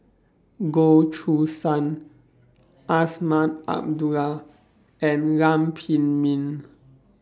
Goh Choo San Azman Abdullah and Lam Pin Min